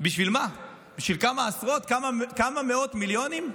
בשביל מה, בשביל כמה עשרות, כמה מאות מיליונים?